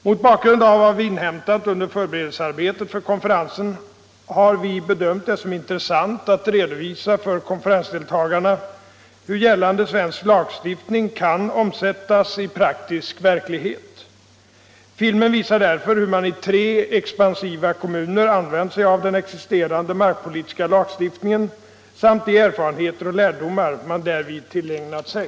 Mot bakgrund av vad vi inhämtat under förberedelsearbetet för konferensen har vi bedömt det som intressant att redovisa för konferensdeltagarna hur gällande svensk lagstiftning kan omsättas i praktisk verklighet. Filmen visar därför hur man i tre expansiva kommuner använt sig av den existerande markpolitiska lagstiftningen samt de erfarenheter och lärdomar man därvid tillägnat sig.